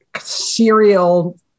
serial